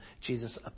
Jesus